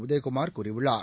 உதயகுமார் கூறியுள்ளார்